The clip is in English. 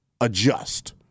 Adjust